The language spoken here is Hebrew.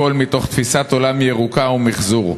הכול מתוך תפיסת עולם ירוקה ומחזור.